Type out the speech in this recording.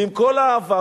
ועם כל האהבה,